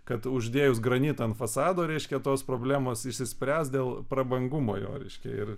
kad uždėjus granitą ant fasado reiškia tos problemos išsispręs dėl prabangumo jo reiškia ir